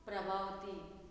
Prabhavati